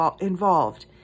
involved